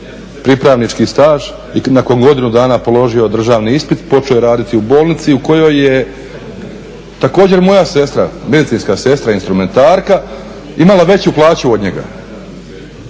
pripravnički staž i nakon godinu dana položio državni ispit počeo je raditi u bolnici u kojoj je također moja sestra medicinska sestra, instrumentarka imala veću plaću od njega.